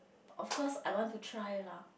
of course I want to try lah